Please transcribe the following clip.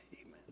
Amen